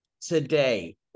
today